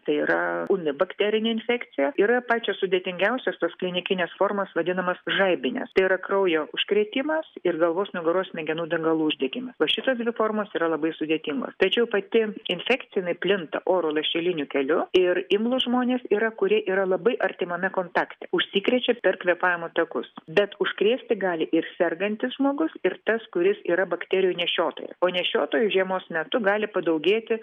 tai yra ūmi bakterinė infekcija yra pačios sudėtingiausios tos klinikinės formos vadinamos žaibinės tai yra kraujo užkrėtimas ir galvos nugaros smegenų dangalų uždegimas va šitos dvi formos yra labai sudėtingos tačiau pati infekcija jinai plinta oro lašeliniu keliu ir imlūs žmonės yra kurie yra labai artimame kontakte užsikrečia per kvėpavimo takus bet užkrėsti gali ir sergantis žmogus ir tas kuris yra bakterijų nešiotojas o nešiotojų žiemos metu gali padaugėti